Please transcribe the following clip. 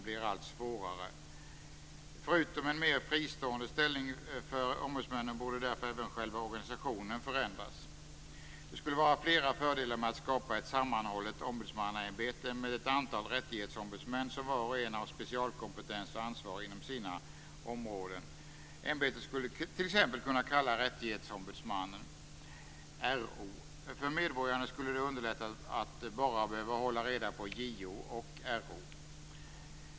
Förutom att det borde vara en mer fristående ställning för ombudsmännen borde därför även själva organisationen förändras. Det skulle vara flera fördelar med att skapa ett sammanhållet ombudsmannaämbete med ett antal rättighetsombudsmän som var och en har specialkompetens och ansvar inom sina områden. Ämbetet skulle t.ex. kunna kallas Rättighetsombudsmannen, RO. För medborgarna skulle det underlätta att bara behöva hålla reda på JO och RO.